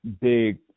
big